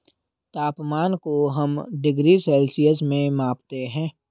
तापमान को हम डिग्री सेल्सियस में मापते है